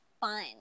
fun